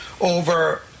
over